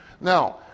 Now